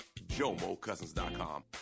JOMOCousins.com